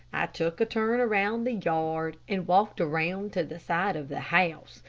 i took a turn around the yard, and walked around to the side of the house,